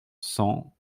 cent